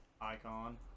icon